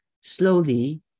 Slowly